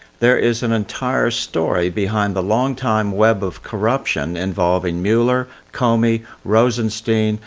there is an entire story behind the long-time web of corruption involving mueller, comey, rosenstein,